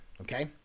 okay